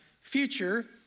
future